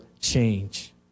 change